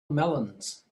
melons